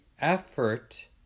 effort